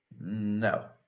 No